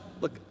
look